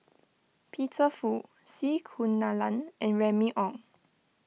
Peter Fu C Kunalan and Remy Ong